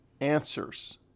answers